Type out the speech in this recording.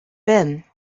been